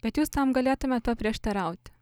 bet jūs tam galėtumėt paprieštarauti